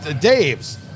Dave's